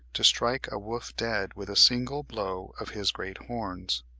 to strike a wolf dead with a single blow of his great horns.